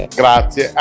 grazie